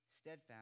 steadfast